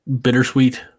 bittersweet